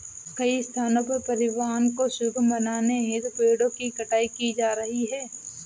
कई स्थानों पर परिवहन को सुगम बनाने हेतु पेड़ों की कटाई की जा रही है